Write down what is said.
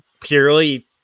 purely